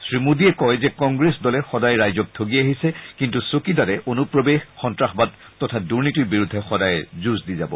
শ্ৰীমোদীয়ে কয় যে কংগ্ৰেছ দলে সদায় ৰাইজক ঠগি আহিছে কিন্তু চকিদাৰে অনুপ্ৰবেশ সন্ত্ৰাসবাদ তথা দূৰ্নীতিৰ বিৰুদ্ধে সদায়ে যুঁজ দি যাব